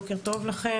בוקר טוב לכן.